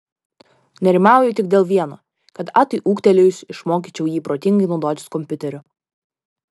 nerimauju tik dėl vieno kad atui ūgtelėjus išmokyčiau jį protingai naudotis kompiuteriu